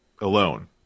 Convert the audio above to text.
alone